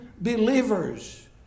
believers